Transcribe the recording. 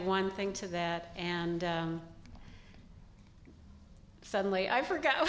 one thing to that and suddenly i forgot